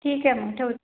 ठीक आहे मग ठेव